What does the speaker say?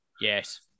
Yes